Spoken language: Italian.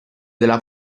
della